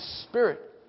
Spirit